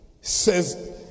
Says